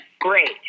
Great